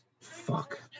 Fuck